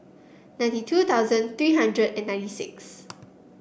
ninety two thousand three hundred and ninety six